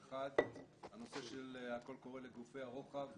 אחת, הנושא של הקול קורא לגופי הרוחב.